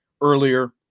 earlier